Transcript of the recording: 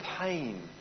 pain